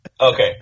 Okay